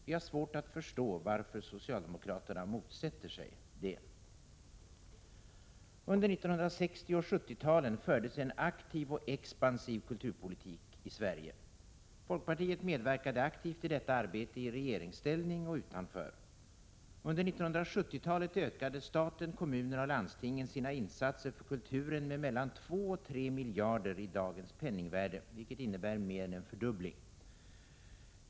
Vi har svårt att förstå varför socialdemokraterna motsätter sig detta. Under 1960 och 1970-talen fördes en aktiv expansiv kulturpolitik i vårt land. Folkpartiet medverkade aktivt i detta arbete, både i regeringsställning och utanför. Under 1970-talet ökade staten, kommunerna och landstingen sina insatser för kulturen med en summa motsvarande mellan 2 och 3 miljarder kronor i dagens penningvärde, vilket innebar mer än en fördubbling.